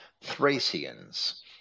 Thracians